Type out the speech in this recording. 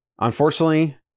unfortunately